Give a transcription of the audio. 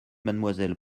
mademoiselle